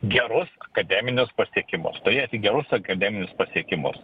gerus akademinius pasiekimus turėti gerus akademinius pasiekimus